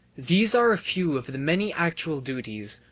these are a few of the many actual duties,